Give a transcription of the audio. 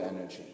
energy